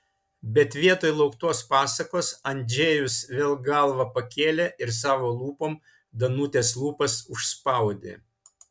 bet vietoj lauktos pasakos andžejus vėl galvą pakėlė ir savo lūpom danutės lūpas užspaudė